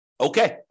Okay